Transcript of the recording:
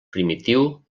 primitiu